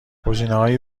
گزینههای